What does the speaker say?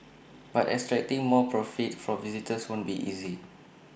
but extracting more profit from visitors won't be easy